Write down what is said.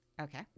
okay